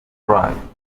drive